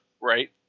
Right